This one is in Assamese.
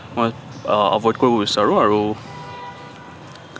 মই এভইড কৰিব বিচাৰোঁ আৰু